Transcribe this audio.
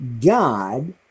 God